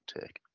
take